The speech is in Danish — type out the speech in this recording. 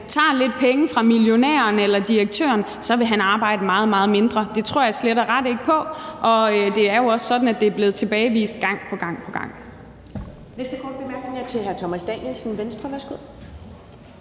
tager lidt penge fra millionæren eller direktøren, så vil han arbejde meget, meget mindre. Det tror jeg slet og ret ikke på, og det er jo også sådan, at det er blevet tilbagevist gang på gang. Kl.